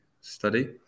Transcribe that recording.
study